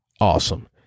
awesome